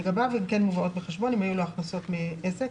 לגביו הם כן מובאות בחשבון אם היו לה הכנסות מעסק.